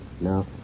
no